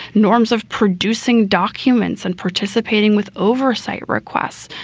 norms of producing documents and participating with oversight requests,